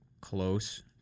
close